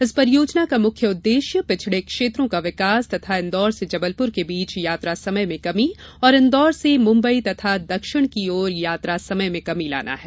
इस परियोजना का मुख्य उद्देश्य पिछड़े क्षेत्रों का विकास तथा इंदौर से जबलपुर के बीच यात्रा समय में कमी और इंदौर से मुम्बई तथा दक्षिण की ओर यात्रा समय में कमी लाना है